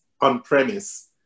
on-premise